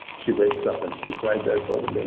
she wakes up and she's right there for the baby.